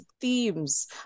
themes